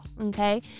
Okay